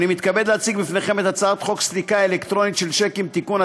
אני מתכבד להציג לפניכם את הצעת חוק סליקה אלקטרונית של שיקים (תיקון),